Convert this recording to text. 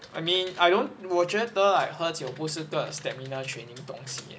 I mean I don't 我觉得喝酒 like 不是个 stamina training 东西 leh